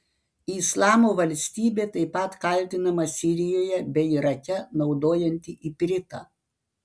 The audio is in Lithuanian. islamo valstybė taip pat kaltinama sirijoje bei irake naudojanti ipritą